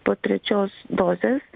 po trečios dozės